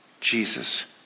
Jesus